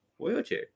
Wheelchair